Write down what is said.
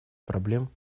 проблем